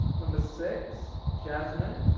number six. jasmine.